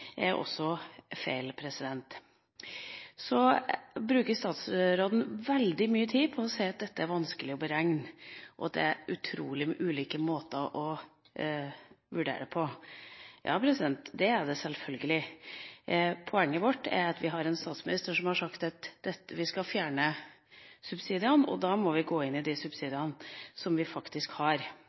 Statsråden bruker veldig mye tid på å si at dette er vanskelig å beregne, og at det er utrolig mange ulike måter å vurdere dette på. Ja, det er det selvfølgelig. Poenget vårt er at vi har en statsminister som har sagt at vi skal fjerne subsidiene, og da må vi gå inn i de subsidiene som vi faktisk har.